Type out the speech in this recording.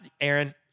Aaron